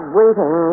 waiting